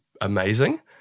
amazing